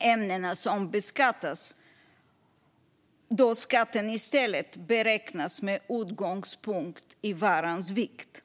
ämnena som beskattas, då skatten i stället beräknas med utgångspunkt i varans vikt.